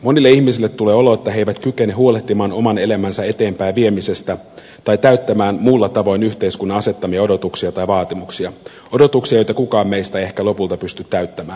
monille ihmisille tulee olo että he eivät kykene huolehtimaan oman elämänsä eteenpäin viemisestä tai täyttämään muulla tavoin yhteiskunnan asettamia odotuksia tai vaatimuksia odotuksia joita kukaan meistä ei ehkä lopulta pysty täyttämään